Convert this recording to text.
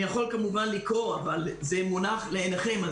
אני יכול כמובן לקרוא אבל זה מונח לעיניכם.